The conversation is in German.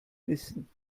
wissen